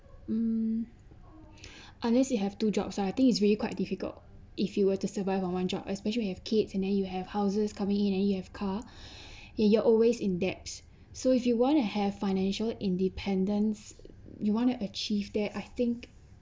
mm unless you have two jobs or I think it's really quite difficult if you were to survive on one job especially have kids and then you have houses coming in and you have car you're always in debt so if you wanna have financial independence you want to achieve that I think